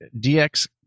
DX